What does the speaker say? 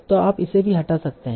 तो आप इसे भी हटा सकते हैं